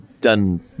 done